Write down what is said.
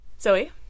Zoe